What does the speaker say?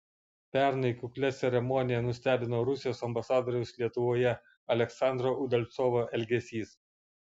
pernai kuklia ceremonija nustebino rusijos ambasadoriaus lietuvoje aleksandro udalcovo elgesys